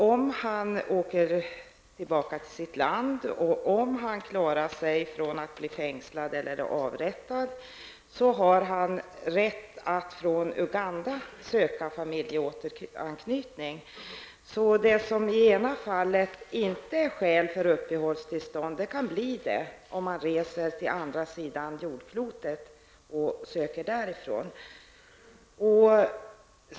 Om han åker tillbaka till sitt hemland och om han klarar sig från att bli fängslad och avrättad, har han rätt att från Uganda söka familjeåteranknytning. Det som i det ena fallet inte är skäl för uppehållstillstånd kan alltså bli det, om man reser till andra sidan av jordklotet och söker därifrån.